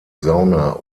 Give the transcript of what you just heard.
sauna